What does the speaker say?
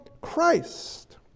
christ